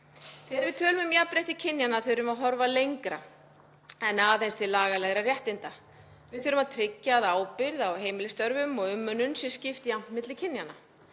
Þegar við tölum um jafnrétti kynjanna þurfum við að horfa lengra en aðeins til lagalegra réttinda. Við þurfum að tryggja að ábyrgð á heimilisstörfum og umönnun sé skipt jafnt milli kynjanna,